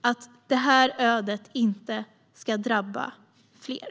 att detta öde inte ska drabba fler.